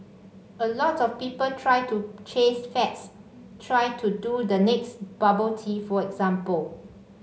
a lot of people try to chase fads try to do the next bubble tea for example